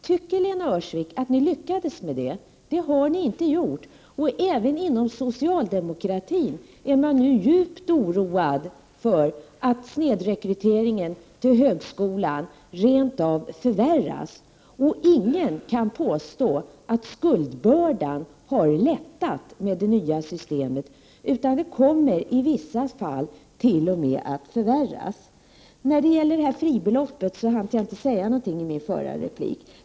Tycker Lena Öhrsvik att ni lyckades med det? Det har ni inte gjort. Även inom socialdemokratin är man nu djupt oroad för att snedrekryteringen till högskolan rent av förvärras. Ingen kan påstå att skuldbördan har lättat med det nya systemet, utan den kommer i vissa fall t.o.m. att förvärras. Om fribeloppet hann jag inte säga något i min förra replik.